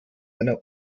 einer